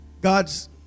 God's